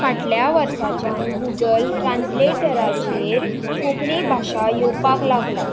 फाटल्या वर्साच्यान गुगल ट्रान्ज्लेटराचेर कोंकणी भाशा येवपाक लागला